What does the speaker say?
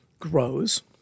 grows